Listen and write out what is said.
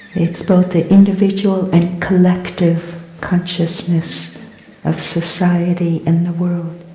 it's both the individual and collective consciousness of society and the world.